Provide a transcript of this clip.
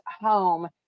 home